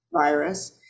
virus